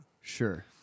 Sure